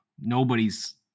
nobody's